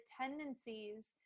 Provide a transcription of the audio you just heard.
tendencies